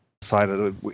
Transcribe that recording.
decided